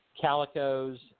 Calicos